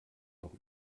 noch